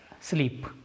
sleep